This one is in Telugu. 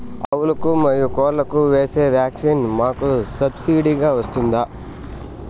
ఆవులకు, మరియు కోళ్లకు వేసే వ్యాక్సిన్ మాకు సబ్సిడి గా వస్తుందా?